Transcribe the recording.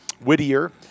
Whittier